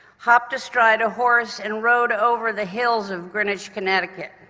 hopped astride a horse and rode over the hills of greenwich, connecticut.